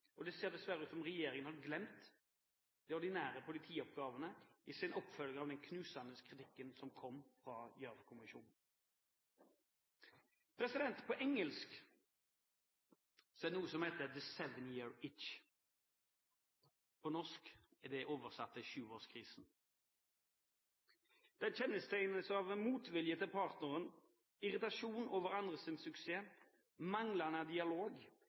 fra Gjørv-kommisjonen, ser det dessverre ut som om regjeringen har glemt de ordinære politioppgavene. På engelsk er det noe som heter «The Seven Year Itch». På norsk er det oversatt til sjuårskrisen. Det kjennetegnes av motvilje til partneren irritasjon over andres suksess manglende dialog